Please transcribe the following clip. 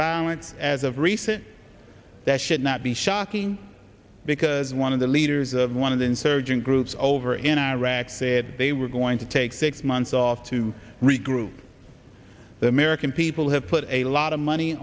violence as of recent that should not be shocking because one of the leaders of one of the insurgent groups over in iraq said they were going to take six months off to regroup the american people have put a lot of money